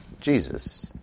Jesus